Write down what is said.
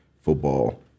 football